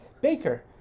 Baker